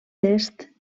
test